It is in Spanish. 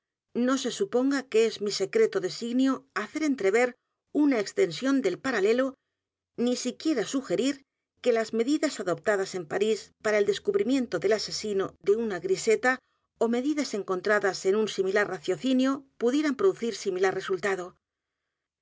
no s e suponga que es mi secreto designio hacer entrever una extensión del paralelo ni siquiera s u g e r i r que las medidas adoptadas en p a r í s p a r a el descubrimiento del asesino de una griseta ó medidas encontradas e n un similar raciocinio pudieran producir similar resultado